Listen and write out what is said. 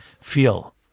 feel